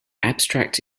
abstract